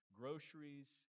groceries